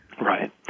Right